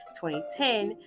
2010